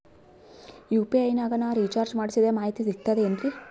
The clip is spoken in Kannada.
ಯು.ಪಿ.ಐ ನಾಗ ನಾ ರಿಚಾರ್ಜ್ ಮಾಡಿಸಿದ ಮಾಹಿತಿ ಸಿಕ್ತದೆ ಏನ್ರಿ?